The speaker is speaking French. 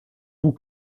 vous